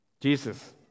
Jesus